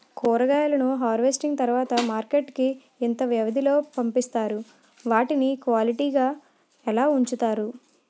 కూరగాయలను హార్వెస్టింగ్ తర్వాత మార్కెట్ కి ఇంత వ్యవది లొ పంపిస్తారు? వాటిని క్వాలిటీ గా ఎలా వుంచుతారు?